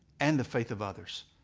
and the faith of others.